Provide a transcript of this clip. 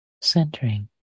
centering